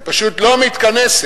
היא פשוט לא מתכנסת.